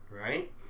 right